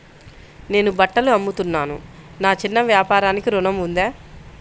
నేను బట్టలు అమ్ముతున్నాను, నా చిన్న వ్యాపారానికి ఋణం ఉందా?